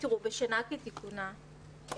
בשנה כתיקונה,